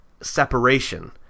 separation